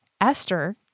Esther